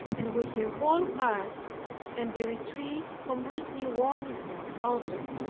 and with her whole heart and the retreat completely won her over.